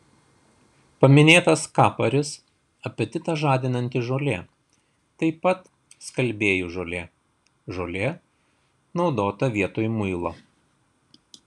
paminėtas kaparis apetitą žadinanti žolė taip pat skalbėjų žolė žolė naudota vietoj muilo